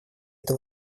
это